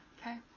Okay